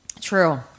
True